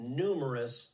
numerous